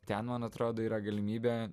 ten man atrodo yra galimybė